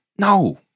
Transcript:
No